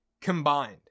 combined